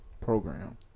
program